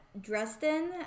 Dresden